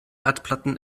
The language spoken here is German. erdplatten